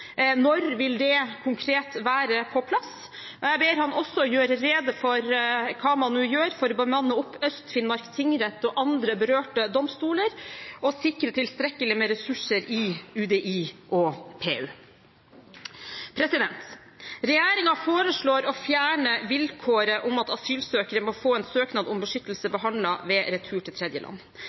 Når vil det konkret være på plass? Jeg ber ham også om å gjøre rede for hva man nå gjør for å bemanne opp Øst-Finnmark tingrett og andre berørte domstoler og sikre tilstrekkelig med ressurser i UDI og PU. Regjeringen foreslår å fjerne vilkåret om at asylsøkere må få en søknad om beskyttelse behandlet ved retur til tredjeland.